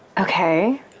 okay